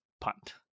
punt